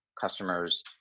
customers